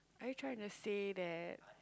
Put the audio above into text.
are you trying to say that